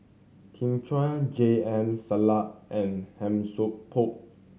Kin Chui J M and Han Sai Por